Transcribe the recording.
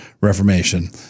reformation